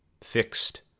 fixed